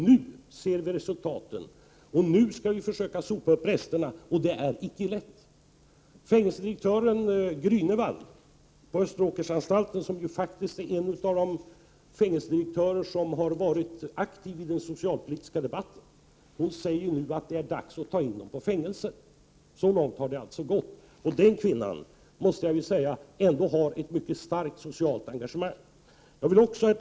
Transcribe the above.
Nu ser vi resultaten, och nu skall vi försöka sopa upp resterna, vilket icke är lätt. Fängelsedirektören Gränewald på Österåkersanstalten, som är en av de fängelsedirektörer som har varit aktiv i den socialpolitiska debatten, säger nu att det är dags att ta in dessa barn på fängelser. Så långt har det alltså gått. Denna kvinna har ändå ett mycket starkt socialt engagemang.